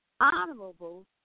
honorable